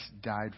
died